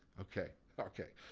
okay, okay,